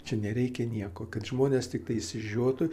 čia nereikia nieko kad žmonės tiktai išsižiotų